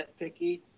nitpicky